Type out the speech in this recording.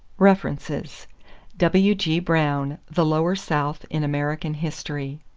references w g. brown, the lower south in american history.